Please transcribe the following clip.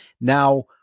Now